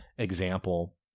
Example